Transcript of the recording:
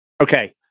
Okay